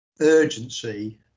Urgency